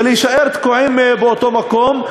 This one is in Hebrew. זה להישאר תקועים באותו מקום.